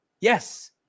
Yes